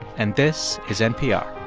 and this is npr